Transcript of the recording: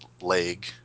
leg